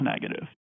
negative